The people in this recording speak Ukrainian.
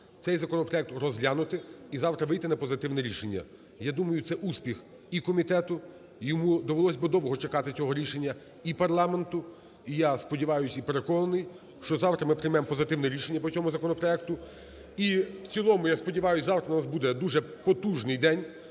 цей законопроект розглянути і завтра вийти на позитивне рішення. Я думаю, це успіх і комітету, (йому довелось би довго чекати цього рішення), і парламенту. І я сподіваюсь, і переконаний, що завтра ми приймемо позитивне рішення по цьому законопроекту. І в цілому, я сподіваюсь, завтра у нас буде дуже потужний день.